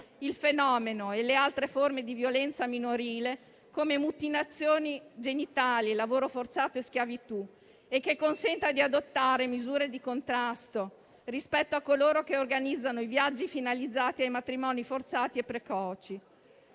il fenomeno e le altre forme di violenza minorile, come mutilazioni genitali, lavoro forzato e schiavitù, e di adottare misure di contrasto rispetto a coloro che organizzano i viaggi finalizzati ai matrimoni forzati e precoci.